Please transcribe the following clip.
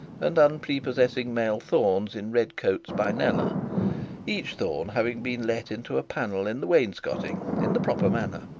and unprepossessing male thornes in red coats by kneller each thorne having been let into a panel in the wainscoting in the proper manner.